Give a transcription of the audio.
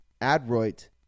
adroit